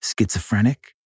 Schizophrenic